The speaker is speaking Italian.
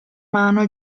mano